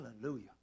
Hallelujah